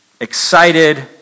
excited